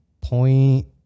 point